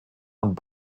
und